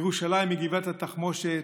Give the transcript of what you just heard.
ירושלים היא גבעת התחמושת,